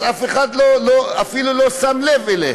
אף אחד אפילו לא שם לב אליהם.